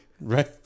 Right